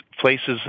places